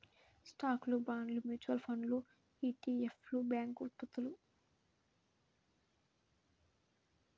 స్టాక్లు, బాండ్లు, మ్యూచువల్ ఫండ్లు ఇ.టి.ఎఫ్లు, బ్యాంక్ ఉత్పత్తులు